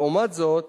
לעומת זאת,